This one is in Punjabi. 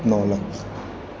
ਨੌ ਲੱਖ